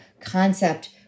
concept